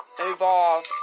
Evolve